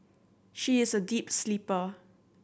she is a deep sleeper